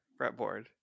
fretboard